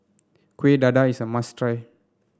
Kueh Dadar is must try